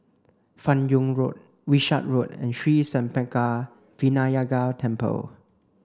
Fan Yoong Road Wishart Road and Sri Senpaga Vinayagar Temple